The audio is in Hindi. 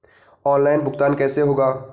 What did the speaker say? ऑनलाइन भुगतान कैसे होगा?